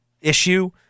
issue